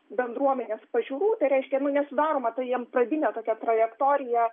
bendruomenės pažiūrų tai reiškia nu nesudaroma tai jiem pradinė tokia trajektorija